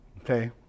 okay